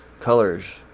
Colors